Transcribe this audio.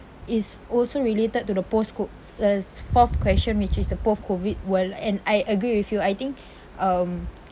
is also related to the post CO~ uh fourth question which is a post COVID world and I agree with you I think um